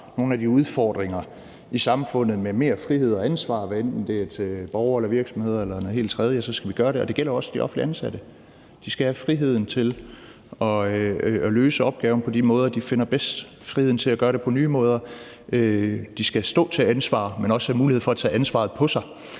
nogle af de udfordringer, der er i samfundet, med mere frihed og ansvar, hvad enten det er til borgere eller virksomheder eller noget helt tredje, så skal vi gøre det, og det gælder også de offentligt ansatte. De skal have friheden til at løse opgaven på de måder, de finder bedst, friheden til at gøre det på nye måder. De skal stå til ansvar, men også have mulighed for at tage ansvaret på sig,